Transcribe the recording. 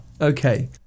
Okay